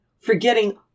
forgetting